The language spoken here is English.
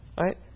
Right